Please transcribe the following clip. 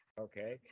Okay